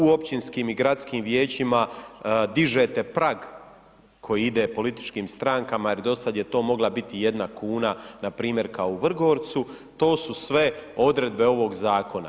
U općinskim i gradskim vijećima dižete prag koji ide političkim strankama jer do sada je to mogla biti jedna kuna, npr. kao u Vrgorcu, to su sve odredbe ovog zakona.